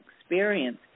experience